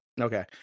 Okay